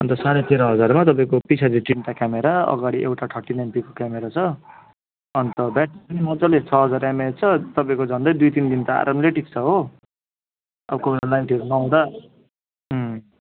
अन्त साँढे तेह्र हजारमा तपाईँको पछाडि तिनटा क्यामेरा अगाडि एउटा थर्टी नाइन पिकको क्यामेरा छ अन्त ब्याट्री पनि मज्जाले छ हजार एमएच छ तपाईँको झन्डै दुई तिन दिन त आरामले टिक्छ हो अब कोही बेला लाइटहरू नहुँदा अँ